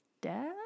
dad